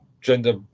gender